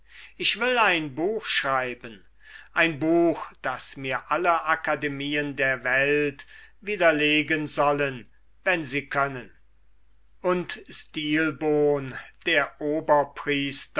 ich will ein buch schreiben ein buch das mir alle akademien der welt widerlegen sollen wenn sie können und stilbon der